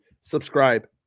subscribe